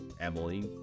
Emily